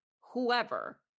whoever